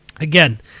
again